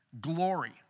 glory